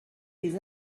les